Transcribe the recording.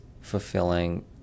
fulfilling